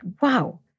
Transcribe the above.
wow